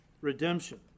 Redemption